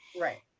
right